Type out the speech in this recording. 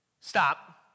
stop